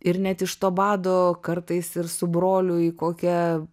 ir net iš to bado kartais ir su broliu į kokią